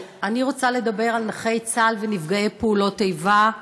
אני רוצה לדבר על נכי צה"ל ונפגעי פעולות איבה,